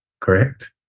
correct